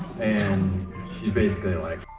and she's basically like